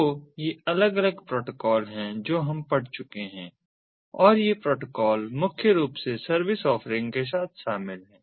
तो ये अलग अलग प्रोटोकॉल हैं जो हम अब पढ़ चुके हैं और ये प्रोटोकॉल मुख्य रूप से सर्विस ऑफरिंग्स के साथ शामिल हैं